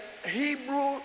Hebrew